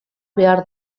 behar